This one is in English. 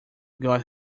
got